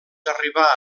arribar